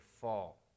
fall